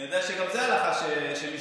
אני יודע שגם זו הלכה שמשתנה.